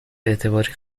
اعتباری